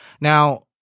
Now